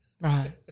Right